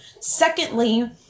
secondly